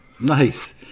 Nice